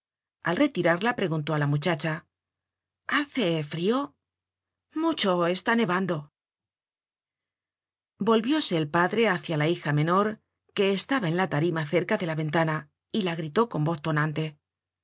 al retirarla preguntó á la muchacha hace frió mucho está nevando volvióse el padre hácia la hija menor que estaba en la tarima cerca de la ventana y la gritó con voz tonante